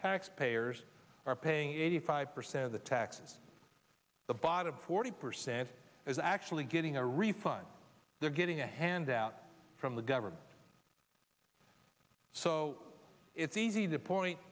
taxpayers are paying eighty five percent of the taxes the bottom forty percent is actually getting a refund they're getting a handout from the government so it's easy to point